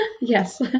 yes